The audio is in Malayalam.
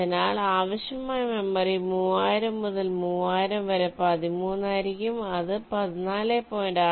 അതിനാൽ ആവശ്യമായ മെമ്മറി 3000 മുതൽ 3000 വരെ 13 ആയിരിക്കും അത് 14